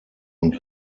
und